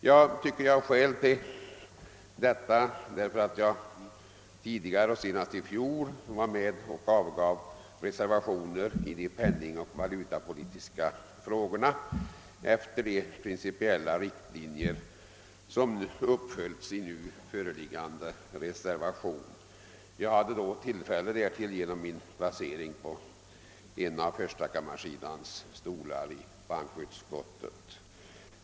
Jag tycker mig ha anledning att göra detta därför att jag senast i fjol var med och avgav reservationer i de penningoch valutapolitiska frågorna efter samma principiella riktlinjer som följs upp i nu föreliggande reservation; jag hade då tillfälle därtill genom min placering på en av förstakammarsidans stolar i bankoutskottet.